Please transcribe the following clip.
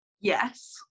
yes